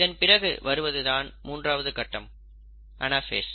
இதன் பிறகு வருவது தான் மூன்றாவது கட்டம் அனாஃபேஸ்